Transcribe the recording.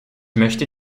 möchte